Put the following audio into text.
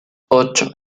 ocho